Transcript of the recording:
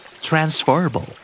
Transferable